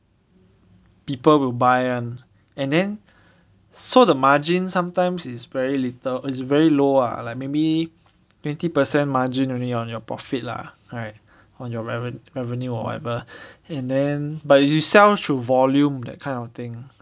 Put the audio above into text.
people will buy [one] and then so the margin sometimes is very little is very low ah like maybe twenty percent margin only on your profit lah right on your reve~ revenue or whatever and then but you sell through volume that kind of thing